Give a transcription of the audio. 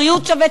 בריאות שווה,